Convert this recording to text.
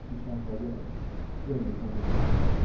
یہِ چھُ اکھ وَجہ ویلیوٗ کَم گَژھنٕچ نِش